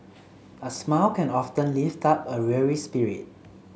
a smile can often lift up a weary spirit